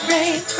Rain